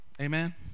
Amen